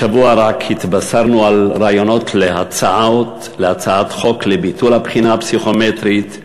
רק השבוע התבשרנו על רעיונות להצעת חוק לביטול הבחינה הפסיכומטרית,